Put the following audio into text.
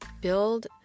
build